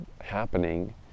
happening